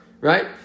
right